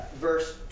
verse